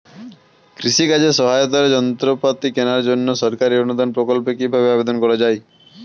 কৃষি কাজে সহায়তার যন্ত্রপাতি কেনার জন্য সরকারি অনুদান প্রকল্পে কীভাবে আবেদন করা য়ায়?